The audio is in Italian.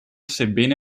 sebbene